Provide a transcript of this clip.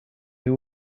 who